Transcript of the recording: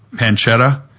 pancetta